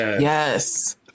Yes